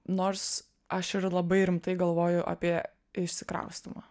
nors aš ir labai rimtai galvoju apie išsikraustymą